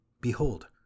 Behold